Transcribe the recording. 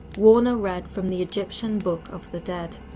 warner read from the egyptian book of the dead.